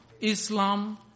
Islam